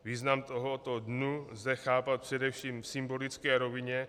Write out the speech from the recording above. Význam tohoto dne lze chápat především v symbolické rovině.